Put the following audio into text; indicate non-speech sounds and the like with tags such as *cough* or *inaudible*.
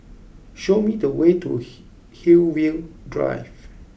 show me the way to *noise* Hillview Drive